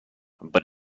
but